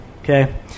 okay